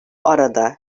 arada